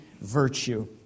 virtue